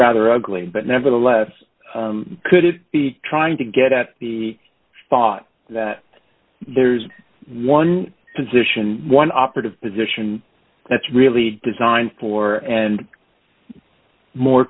rather ugly but nevertheless could be trying to get at the thought that there's one position one operative position that's really designed for and more